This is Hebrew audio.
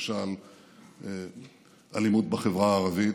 למשל אלימות בחברה הערבית,